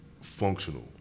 functional